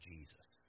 Jesus